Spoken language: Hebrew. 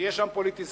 תהיה שם פוליטיזציה,